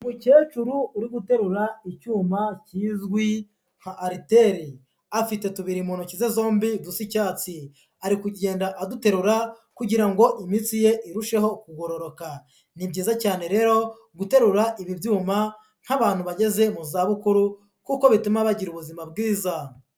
Umukecuru uri guterura icyuma kizwi nka aliteri, afite tubiri mu ntoki ze zombi dusa icyatsi, ari kugenda aduterura kugira ngo imitsi ye irusheho kugororoka, ni byiza cyane rero guterura ibi byuma nk'abantu bageze mu zabukuru kuko bituma bagira ubuzima bwiza.